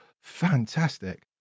Fantastic